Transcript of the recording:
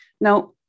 Now